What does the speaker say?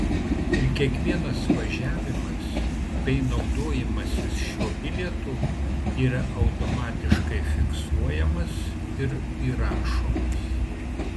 ir kiekvienas važiavimas bei naudojimasis šiuo bilietu yra automatiškai fiksuojamas ir įrašomas